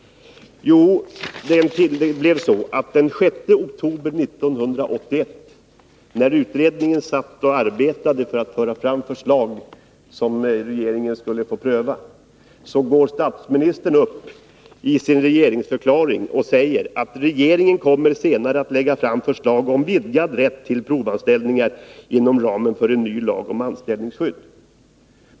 Jo, den 6 oktober 1981 — när utredningen satt och arbetade för att föra fram förslag, som regeringen skulle få pröva — går statsministern upp med sin regeringsförklaring och säger att regeringen senare kommer att lägga fram förslag om vidgad rätt till provanställningar inom ramen för en ny lag om anställningsskydd.